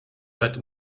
but